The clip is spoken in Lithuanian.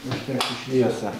uždegsiu šviesą